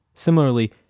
Similarly